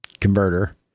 converter